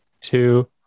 two